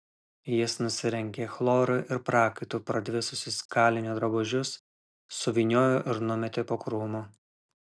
jis nusirengė chloru ir prakaitu pradvisusius kalinio drabužius suvyniojo ir numetė po krūmu